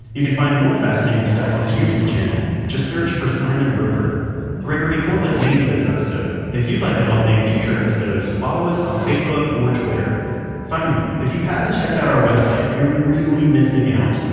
you can find more fascinating stuff on his youtube channel just search for simon roper gregory corlett named this episode. if you'd like to help name future episodes, follow us on facebook or twitter finally, if you haven't checked out our website, you're really missing out!